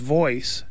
voice